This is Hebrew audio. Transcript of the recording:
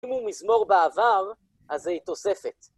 אם הוא מזמור בעבר, אז זה התוספת.